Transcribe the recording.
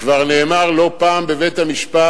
וכבר נאמר לא פעם בבית-המשפט,